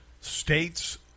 States